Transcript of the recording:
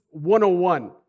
101